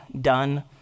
done